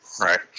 right